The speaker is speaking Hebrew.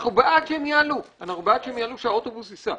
אנחנו בעד שהם יעלו ושהאוטובוס ייסע,